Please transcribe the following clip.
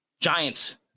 Giants